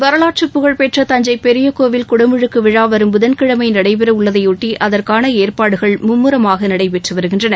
வரலாற்றுப் புகழ் பெற்ற தஞ்சை பெரிய கோவில் குடமுழுக்கு விழா வரும் புதன்கிழமை நடைபெற உள்ளதையொட்டி அதற்கான ஏற்பாடுகள் மும்முரமாக நடைபெற்று வருகின்றன